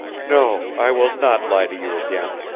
no, i will not lie to you again,